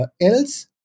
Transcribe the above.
Else